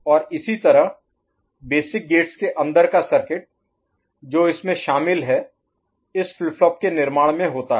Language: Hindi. और इसी तरह बेसिक गेट्स के अंदर का सर्किट जो इसमें शामिल है इस फ्लिप फ्लॉप के निर्माण में होता है